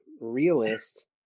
Realist